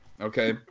Okay